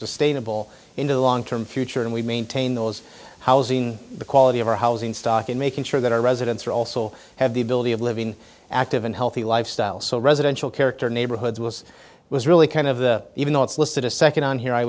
sustainable in the long term future and we maintain those housing the quality of our housing stock in making sure that our residents are also have the ability of living active and healthy lifestyle so residential character neighborhoods was was really kind of the even though it's listed a second on here i